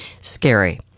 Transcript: scary